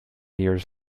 years